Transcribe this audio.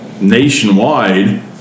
nationwide